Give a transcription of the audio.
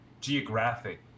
geographic